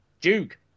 Duke